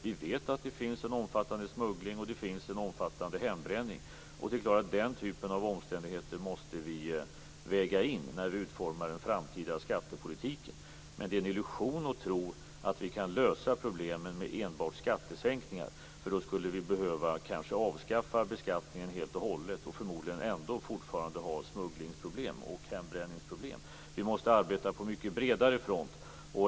Vi vet att det finns en omfattande smuggling och omfattande hembränning. Den typen av omständigheter måste vägas in i utformningen av den framtida skattepolitiken. Det är en illusion att tro att vi kan lösa problemen med enbart skattesänkningar. Då skulle vi behöva avskaffa beskattningen helt och hållet och förmodligen ändå ha smugglings och hembränningsproblem. Vi måste arbeta på bredare front.